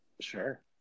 Sure